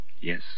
Yes